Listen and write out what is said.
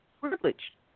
privilege